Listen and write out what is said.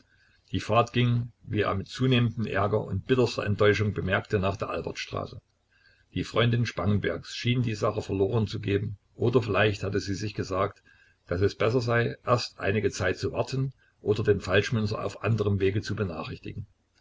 die fahrt ging wie er mit zunehmendem ärger und bitterster enttäuschung bemerkte nach der albertstraße die freundin spangenbergs schien die sache verloren zu geben oder vielleicht hatte sie sich gesagt daß es besser sei erst einige zeit zu warten oder den falschmünzer auf anderem wege zu benachrichtigen